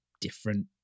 different